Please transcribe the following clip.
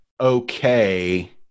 okay